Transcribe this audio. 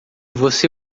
você